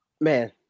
man